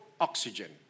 oxygen